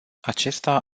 acesta